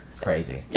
Crazy